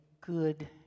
good